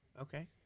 Okay